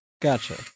Gotcha